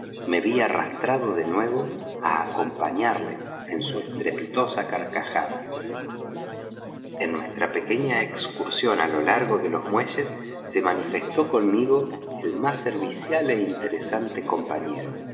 me ví arrastrado de nuevo á acompañarle en su estrepitosa carcajada en nuestra pequeña excursión á lo largo de los muelles se manifestó conmigo el más servicial é interesante compañero